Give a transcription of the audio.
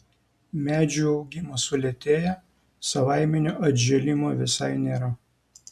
medžių augimas sulėtėja savaiminio atžėlimo visai nėra